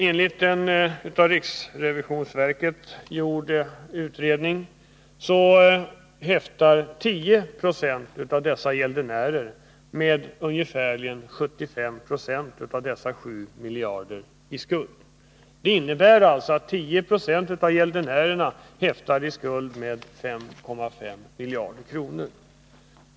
Enligt en av riksrevisionsverket gjord utredning häftar 10 96 av de gäldenärer det här rör sig om i skuld med ungefär 75 Jo av dessa 7 miljarder. Det innebär att 10 26 av gäldenärerna häftar i skuld med 5,5 miljarder kronor.